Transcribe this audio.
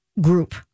group